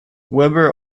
weber